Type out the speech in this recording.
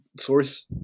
source